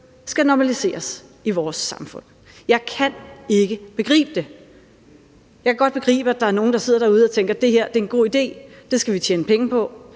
skal normaliseres i vores samfund. Jeg kan ikke begribe det. Jeg kan godt begribe, at der er nogen, der sidder derude og tænker: Det her er en god idé; det skal vi tjene penge på.